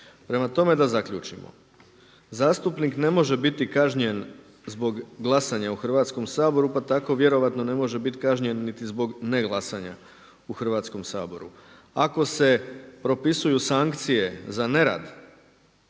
Prema tome da zaključimo. Zastupnik ne može biti kažnjen zbog glasanja u Hrvatskom saboru, pa tako vjerojatno ne može biti kažnjen niti zbog neglasanja u Hrvatskom saboru. Ako se propisuju sankcije za nerad,